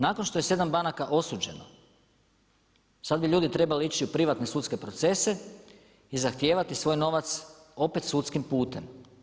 Nakon što je 7 banaka osuđeno, sad bi ljudi trebali ići u privatne sudske procese i zahtijevati svoj novac opet sudskim putem.